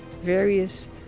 various